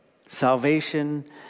Salvation